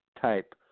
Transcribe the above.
type